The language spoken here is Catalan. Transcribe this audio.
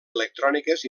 electròniques